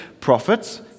Prophets